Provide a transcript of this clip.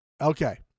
Okay